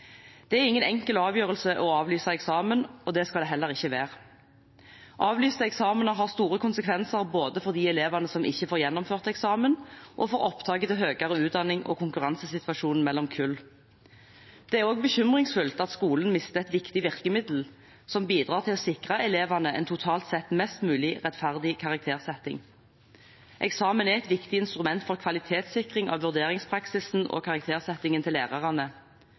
Det er ingen enkel avgjørelse å avlyse eksamen, og det skal det heller ikke være. Avlyste eksamener har store konsekvenser både for de elevene som ikke får gjennomført eksamen, og for opptaket til høyere utdanning og konkurransesituasjonen mellom kull. Det er også bekymringsfullt at skolen mister et viktig virkemiddel som bidrar til å sikre elevene en totalt sett mest mulig rettferdig karaktersetting. Eksamen er et viktig instrument for kvalitetssikring av vurderingspraksisen og karaktersettingen til lærerne.